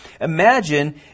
imagine